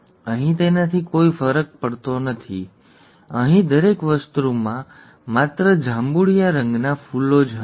અહીં તેનાથી કોઈ ફરક પડતો નથી અહીં દરેક વસ્તુમાં માત્ર જાંબુડિયા રંગના ફૂલો જ હતાં